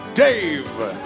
Dave